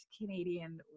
Canadian